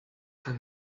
for